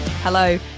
Hello